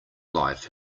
life